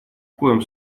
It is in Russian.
каком